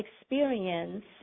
experience